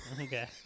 Okay